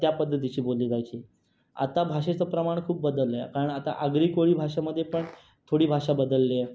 त्या पद्धतीची बोलली जायची आता भाषेच प्रमाण खूप बदललं आहे कारण आता आगरी कोळी भाषेमध्ये पण थोडी भाषा बदलली आहे